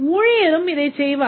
ஊழியரும் இதைச் செய்வார்